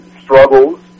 struggles